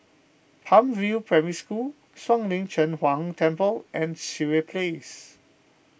Palm View Primary School Shuang Lin Cheng Huang Temple and Sireh Place